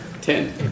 Ten